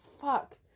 fuck